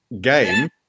game